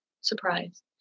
surprise